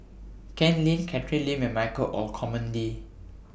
Ken Lim Catherine Lim and Michael Olcomendy